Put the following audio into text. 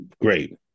great